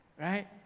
Right